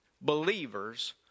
believers